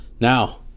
Now